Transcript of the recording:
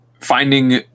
finding